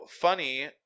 funny